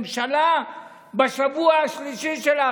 ממשלה בשבוע השלישי שלה,